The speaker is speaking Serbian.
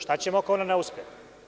Šta ćemo ako ona ne uspe?